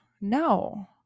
No